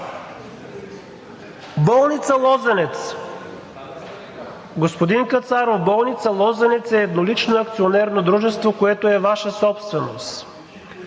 Болница „Лозенец“, господин Кацаров, е еднолично акционерно дружество, което е Ваша собственост.